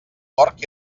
porc